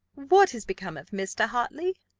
what is become of mr. hartley?